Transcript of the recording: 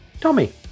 Tommy